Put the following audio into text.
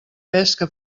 pesca